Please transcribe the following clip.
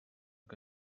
que